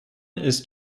ist